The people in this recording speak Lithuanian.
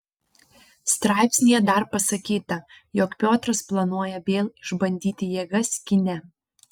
straipsnyje dar pasakyta jog piotras planuoja vėl išbandyti jėgas kine